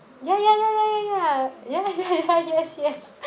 ya ya ya ya ya ya ya ya ya yes yes